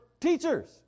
teachers